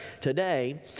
Today